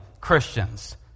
Christians